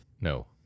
No